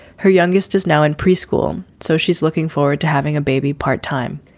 her youngest is now in preschool. so she's looking forward to having a baby part time.